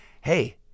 hey